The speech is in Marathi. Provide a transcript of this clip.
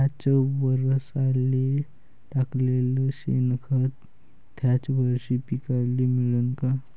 थ्याच वरसाले टाकलेलं शेनखत थ्याच वरशी पिकाले मिळन का?